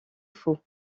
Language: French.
faux